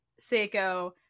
Seiko